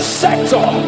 sector